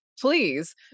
please